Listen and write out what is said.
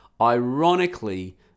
Ironically